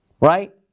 right